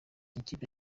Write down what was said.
ikipe